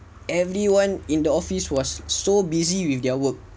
everyone in the office was so busy with their work